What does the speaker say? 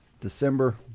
December